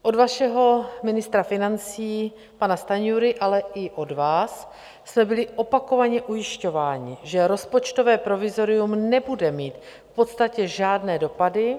Od vašeho ministra financí pana Stanjury, ale i od vás jsme byli opakovaně ujišťováni, že rozpočtové provizorium nebude mít v podstatě žádné dopady.